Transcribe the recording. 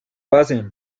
pasen